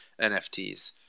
NFTs